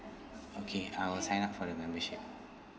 okay I'll sign up for the membership